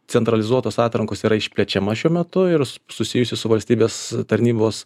centralizuotos atrankos yra išplečiama šiuo metu ir susijusių su valstybės tarnybos